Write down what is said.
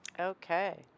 Okay